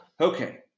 okay